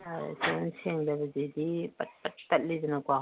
ꯑꯥ ꯁꯎꯟ ꯁꯦꯡꯗꯕꯁꯤꯗꯤ ꯄꯠ ꯄꯠ ꯇꯠꯂꯤꯗꯅꯀꯣ